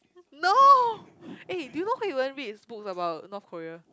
no eh do you know Hui-Wen reads books about North Korea